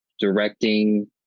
directing